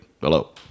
hello